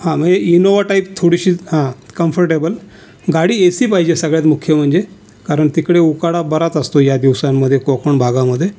हां मंजे Innova type थोडीशी हां कंफर्टेबल गाडी ए सी पाहिजे सगळ्यात मुख्य म्हणजे कारण तिकडे उकाडा बराच असतो या दिवसांमध्ये कोकण भागामध्ये